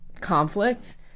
conflict